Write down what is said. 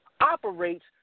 operates